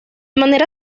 manera